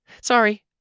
Sorry